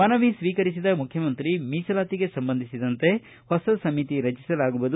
ಮನವಿ ಸ್ವೀಕರಿಸಿದ ಮುಖ್ಯಮಂತ್ರಿ ಮೀಸಲಾತಿಗೆ ಸಂಬಂಧಿಸಿದಂತೆ ಹೊಸ ಸಮಿತಿ ರಚಿಸಲಾಗುವುದು